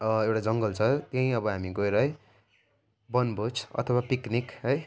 एउटा जङ्गल छ त्यहीँ अब हामी गएर है वनभोज अथवा पिक्निक है